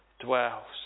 dwells